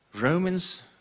Romans